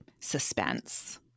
suspense